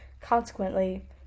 consequently